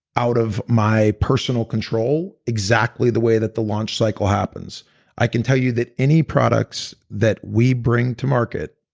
out of my personal control exactly the way that the launch cycle happens i can tell you that any products that we bring to market,